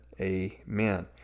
amen